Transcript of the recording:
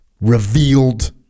revealed